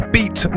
Beat